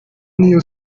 niyo